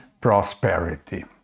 prosperity